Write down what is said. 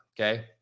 Okay